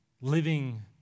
living